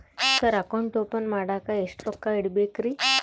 Sir account open ಮಾಡಾಕ ಎಷ್ಟು ರೊಕ್ಕ ಇಡಬೇಕ್ರಿ?